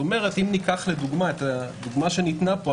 אם ניקח את הדוגמה שניתנה פה,